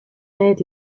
need